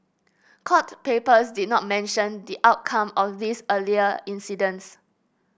court papers did not mention the outcome of these earlier incidents